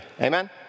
Amen